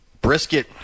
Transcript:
Brisket